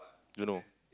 don't know